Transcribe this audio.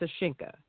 Sashinka